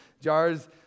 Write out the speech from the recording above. jars